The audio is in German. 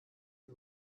die